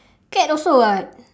cat also [what]